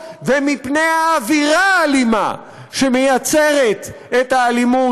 ומפני האווירה האלימה שמייצרת את האלימות,